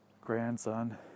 grandson